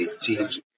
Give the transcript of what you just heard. team's